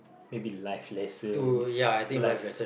maybe life lessons life